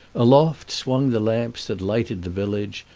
aloft swung the lamps that lighted the village,